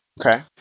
Okay